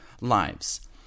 lives